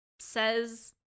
Says